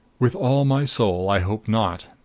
with all my soul, i hope not.